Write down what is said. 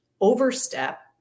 overstep